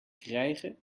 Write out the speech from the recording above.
krijgen